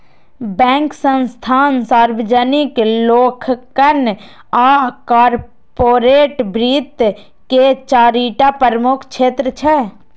bank, संस्थान, सार्वजनिक लेखांकन आ कॉरपोरेट वित्त के चारि टा प्रमुख क्षेत्र छियै